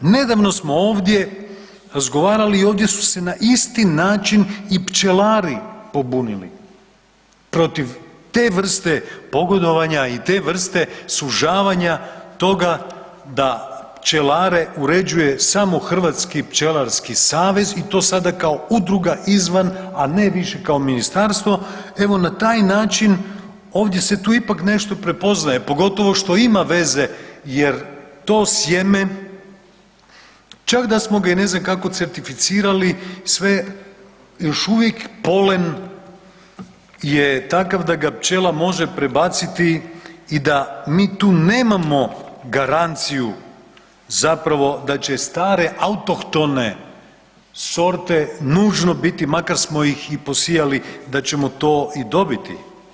Nedavno smo ovdje razgovarali i ovdje su se na isti način i pčelari pobunili, protiv te vrste pogodovanja i te vrste sužavanja toga da pčelare uređuje samo Hrvatski pčelarski savez i to sada kao udruga, izvan, a ne više kao ministarstvo, evo na taj način, ovdje se tu ipak nešto prepoznaje, pogotovo što ima veze jer to sjeme, čak da smo ga i ne znam kako certificirali, sve još uvijek polen je takav da ga pčela može prebaciti i da mi tu nemamo garanciju zapravo da će stare autohtone sorte nužno biti, makar smo ih i posijali, da ćemo to i dobiti.